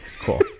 Cool